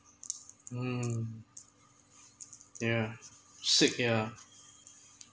mm yeah sick yeah